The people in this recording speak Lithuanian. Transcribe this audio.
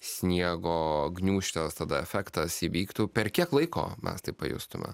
sniego gniūžtės tada efektas įvyktų per kiek laiko mes tai pajustume